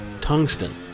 tungsten